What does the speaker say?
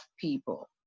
people